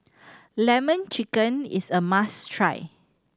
Lemon Chicken is a must try